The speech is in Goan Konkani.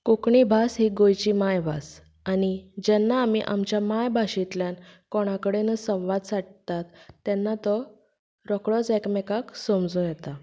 कोंकणी ही गोंयची मायभास आनी जेन्ना आमी आमच्या मायभाशेंतल्यान कोणाकडेनूय संवाद सादतात तेन्ना तो रोखडोच एकामेकांक समजूं येता